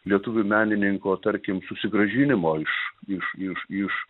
lietuvių menininko tarkim susigrąžinimo iš iš iš iš